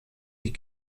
die